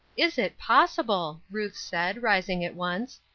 is it possible! ruth said, rising at once.